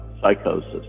psychosis